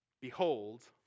Behold